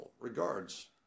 Regards